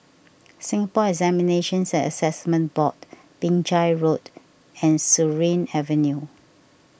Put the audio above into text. Singapore Examinations and Assessment Board Binjai Road and Surin Avenue